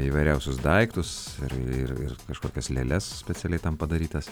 įvairiausius daiktus ir ir kažkokias lėles specialiai tam padarytas